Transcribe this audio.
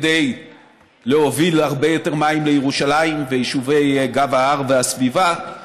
כדי להוביל הרבה יותר מים לירושלים וליישובי גב ההר והסביבה.